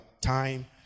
Time